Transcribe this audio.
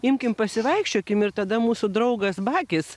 imkim pasivaikščiokim ir tada mūsų draugas bagis